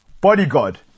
Bodyguard